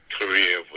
career